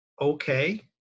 okay